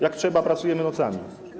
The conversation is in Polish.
Jak trzeba, pracujemy nocami.